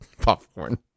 popcorn